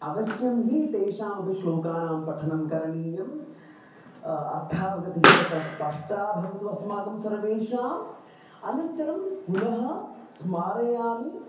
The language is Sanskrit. अवश्यं हि तेषामपि श्लोकानां पठनं करणीयम् अर्थावगतिः तत्र स्पष्टा भवतु अस्माकं सर्वेषाम् अनन्तरं पुनः स्मारयामि